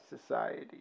society